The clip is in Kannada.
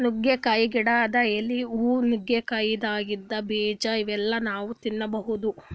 ನುಗ್ಗಿಕಾಯಿ ಗಿಡದ್ ಎಲಿ, ಹೂವಾ, ನುಗ್ಗಿಕಾಯಿದಾಗಿಂದ್ ಬೀಜಾ ಇವೆಲ್ಲಾ ನಾವ್ ತಿನ್ಬಹುದ್